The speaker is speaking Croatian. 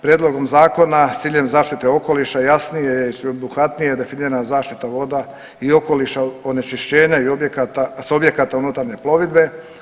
Prijedlogom Zakona s ciljem zaštite okoliša jasnije je i sveobuhvatnije definirana zaštita voda i okoliša od onečišćenja i objekata, s objekata unutarnje plovidbe.